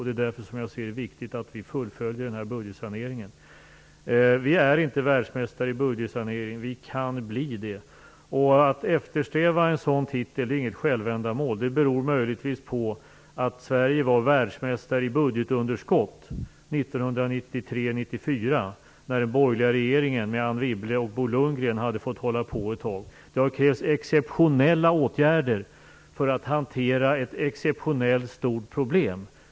Det är därför som jag ser det som viktigt att vi fullföljer budgetsaneringen. Vi är inte världsbästa på budgetsanering. Vi kan bli det. Att eftersträva en sådan titel är inget självändamål. Det beror möjligtvis på att Sverige var världsbäst i budgetunderskott 1993-1994, då den borgerliga regeringen med Anne Wibble och Bo Lundgren hade fått hålla på ett tag. Det har krävts exceptionella åtgärder för att hantera ett exceptionellt stort problem.